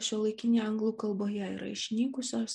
šiuolaikinėje anglų kalboje yra išnykusios